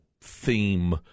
theme